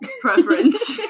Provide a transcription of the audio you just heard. preference